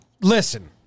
Listen